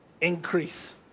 increase